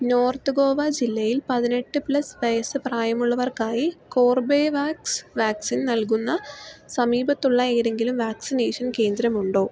north Goa ജില്ലയിൽ പതിനെട്ട് plus വയസ്സ് പ്രായമുള്ളവർക്കായി കോർബെവാക്സ് വാക്സിൻ നൽകുന്ന സമീപത്തുള്ള ഏതെങ്കിലും വാക്സിനേഷൻ കേന്ദ്രമുണ്ടോ